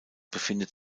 befindet